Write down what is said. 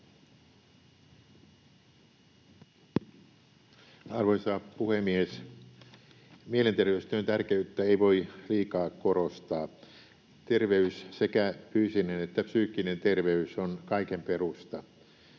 Arvoisa puhemies! Mielenterveystyön tärkeyttä ei voi liikaa korostaa. Terveys, sekä fyysinen että psyykkinen terveys, on kaiken perusta.